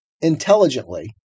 intelligently